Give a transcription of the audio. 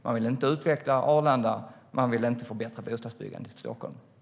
Man vill inte utveckla Arlanda. Man vill inte förbättra bostadsbyggandet i Stockholm.